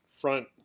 front